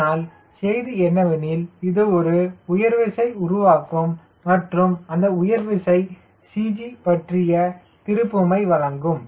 ஆனால் செய்தி என்னவெனில் இது ஒரு உயர் விசையை உருவாக்கும் மற்றும் அந்த உயர்வு விசை CG பற்றிய திருப்புமையை வழங்கும்